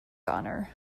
honor